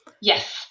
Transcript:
Yes